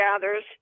gathers